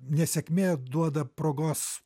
nesėkmė duoda progos